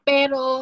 Pero